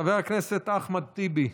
חבר הכנסת אחמד טיבי,